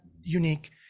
unique